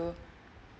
to